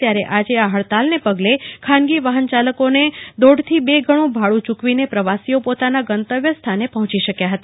ત્યારે આજે આ હડતાલને પગલે ખાનગી વાહન યાલકોને દોઢ થી બે ગણું ભાડું ય્રકવીને પ્રવાસીઓ પોતના ગંતવ્ય સ્થણે પહોચી શક્યા હતા